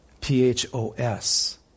P-H-O-S